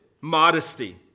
modesty